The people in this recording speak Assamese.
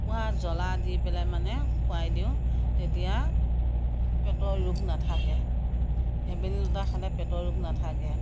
পূৰা জ্ৱলা দি পেলাই মানে খুৱাই দিওঁ তেতিয়া পেটৰ ৰোগ নাথাকে ভেবেলিলতা খালে পেটৰ ৰোগ নাথাকে